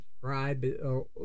subscribe